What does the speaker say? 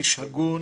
איש הגון